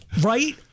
right